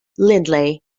lindley